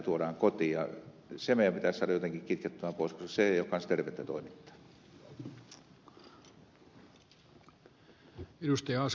se meidän pitäisi saada jotenkin kitkettyä pois koska se ei ole kanssa tervettä toimintaa